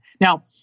Now